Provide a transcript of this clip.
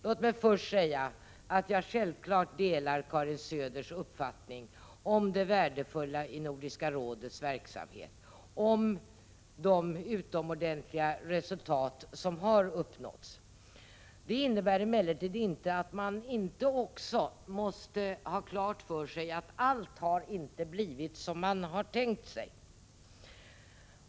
Låt mig först säga att jag självfallet delar Karin Söders uppfattning om det värdefulla i nordiska rådets verksamhet och om de utomordentliga resultat som har uppnåtts. Det innebär emellertid på inget sätt att man inte också måste ha klart för sig att allt inte har blivit som man hade tänkt sig.